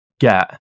get